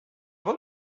beau